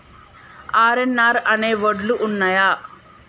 RNR అనే వడ్లు ఉన్నయా?